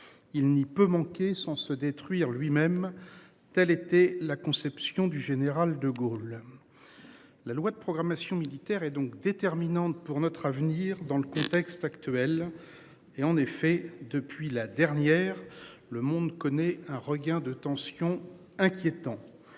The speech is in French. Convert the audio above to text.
il n'y peut manquer sans se détruire lui-même. Telle était la conception du général De Gaulle. La loi de programmation militaire et donc déterminantes pour notre avenir dans le contexte actuel et en effet depuis la dernière. Le monde connaît un regain de tension inquiétant.